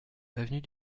avenue